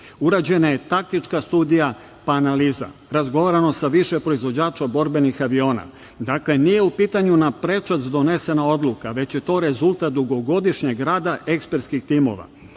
Urađena je taktička studija pa analiza, razgovarano sa više proizvođača borbenih aviona. Dakle, nije u pitanju naprečac donesena odluka, već je to rezultat dugogodišnjeg rada ekspertskih timova.Za